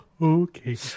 Okay